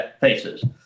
faces